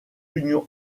l’union